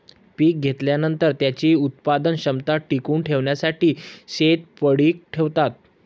पीक घेतल्यानंतर, त्याची उत्पादन क्षमता टिकवून ठेवण्यासाठी शेत पडीक ठेवतात